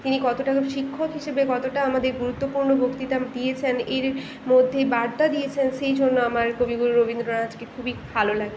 তিনি কতটা শিক্ষক হিসেবে কতটা আমাদের গুরুত্বপূর্ণ বক্তৃতা দিয়েছেন এর মধ্যে বার্তা দিয়েছেন সেই জন্য আমার কবিগুরু রবীন্দ্রনাথকে খুবই ভালো লাগে